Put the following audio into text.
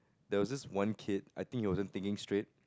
there was this one kid I think he wasn't thinking straight